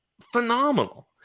phenomenal